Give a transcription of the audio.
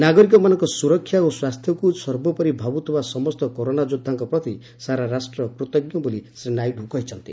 ନାଗରିକମାନଙ୍କ ସୁରକ୍ଷା ଓ ସ୍ୱାସ୍ଥ୍ୟକୁ ସର୍ବୋପରି ଭାବୁଥିବା ସମସ୍ତ କରୋନା ଯୋଦ୍ଧାଙ୍କ ପ୍ରତି ସାରା ରାଷ୍ଟ୍ର କୃତଜ୍ଞ ବୋଲି ଶ୍ରୀ ନାଇଡୁ କହିଛନ୍ତି